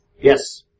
Yes